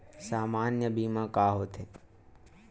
सामान्य बीमा का होथे?